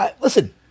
listen